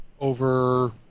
over